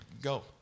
go